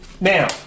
Now